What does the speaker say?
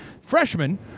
freshman